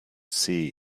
see